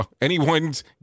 anyone's